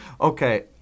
Okay